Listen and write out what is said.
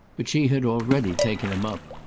but she had already taken him up.